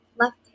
left